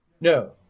No